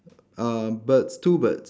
uh birds two birds